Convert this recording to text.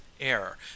air